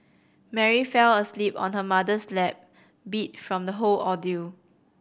Mary fell asleep on her mother's lap beat from the whole ordeal